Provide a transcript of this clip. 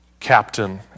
Captain